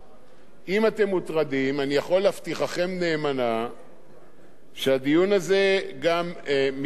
אני יכול להבטיחכם נאמנה שהדיון הזה מתקיים גם מתקיים,